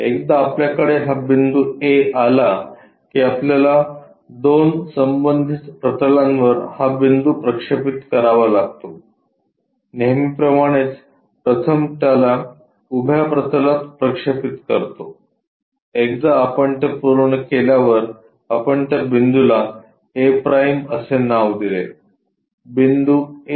एकदा आपल्याकडे हा बिंदू A आला की आपल्याला 2 संबंधित प्रतलांवर हा बिंदू प्रक्षेपित करावा लागतो नेहमीप्रमाणेच प्रथम त्याला उभ्या प्रतलात प्रक्षेपित करतो एकदा आपण ते पूर्ण केल्यावर आपण त्या बिंदूला a' असे नाव दिले बिंदू A चे a'